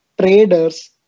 traders